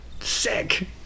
sick